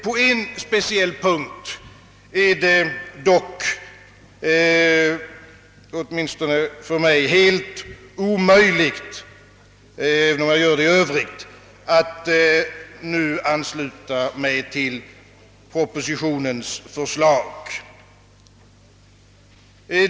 På en särskild punkt är det dock för mig helt omöjligt — även om jag gör det i övrigt — att ansluta mig till propositionens förslag.